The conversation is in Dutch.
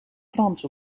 frans